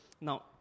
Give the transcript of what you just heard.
Now